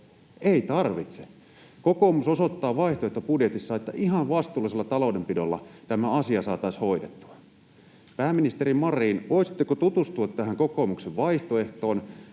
Ei tarvitse. Kokoomus osoittaa vaihtoehtobudjetissaan, että ihan vastuullisella taloudenpidolla tämä asia saataisiin hoidettua. Pääministeri Marin, voisitteko tutustua tähän kokoomuksen vaihtoehtoon